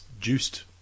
juiced